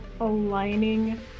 aligning